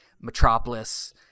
Metropolis